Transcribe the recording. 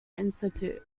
institute